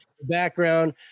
background